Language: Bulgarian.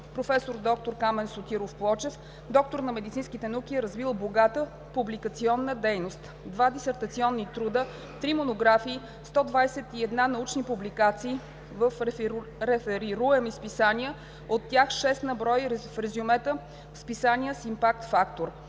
Професор доктор Камен Сотиров Плочев – доктор на медицинските науки, е развил богата публикационна дейност: 2 дисертационни труда, 3 монографии, 121 научни публикации в реферирани списания – от тях 6 на брой в резюмета в списания с „Impact